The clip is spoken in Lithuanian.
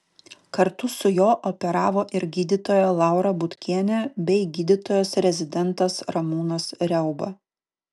kartu su juo operavo ir gydytoja laura butkienė bei gydytojas rezidentas ramūnas riauba